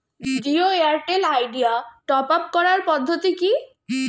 Jio Airtel Idea top up করার পদ্ধতি কি?